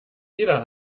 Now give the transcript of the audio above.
jeder